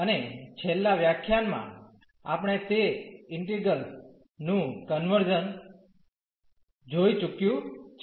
અને છેલ્લા વ્યાખ્યાનમાં આપણે તે ઇન્ટિગ્રેલ્સ નું કન્વર્ઝન જોઇ ચૂક્યું છે